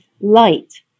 light